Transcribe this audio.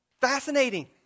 fascinating